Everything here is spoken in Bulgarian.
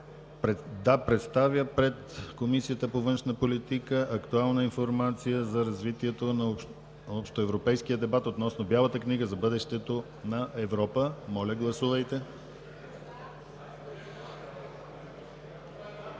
да представя пред Комисията по външна политика актуална информация за развитието на общоевропейския дебат относно Бялата книга за бъдещето на Европа.“ Моля, гласувайте.